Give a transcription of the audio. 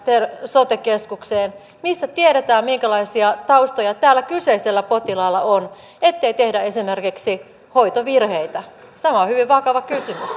sote keskukseen mistä tiedetään minkälaisia taustoja tällä kyseisellä potilaalla on ettei tehdä esimerkiksi hoitovirheitä tämä on hyvin vakava kysymys